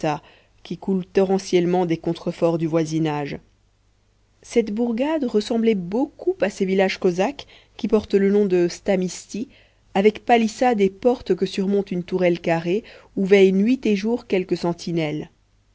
qui coule torrentiellement des contreforts du voisinage cette bourgade ressemblait beaucoup à ces villages cosaques qui portent le nom de stamisti avec palissade et portes que surmonte une tourelle carrée où veille nuit et jour quelque sentinelle